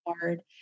hard